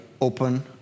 open